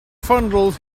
fondled